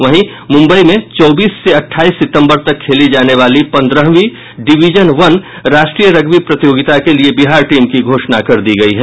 वहीं मुम्बई में चौबीस से अट्ठाईस सितंबर तक खेली जाने वाली पंद्रहवीं डिवीजन वन राष्ट्रीय रग्बी प्रतियोगिता के लिये बिहार टीम की घोषणा कर दी गयी है